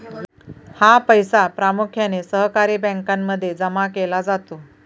हा पैसा प्रामुख्याने सहकारी बँकांमध्ये जमा केला जातो